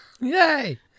Yay